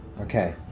Okay